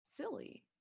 silly